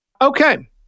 Okay